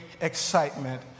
excitement